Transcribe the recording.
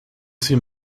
seen